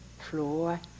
floor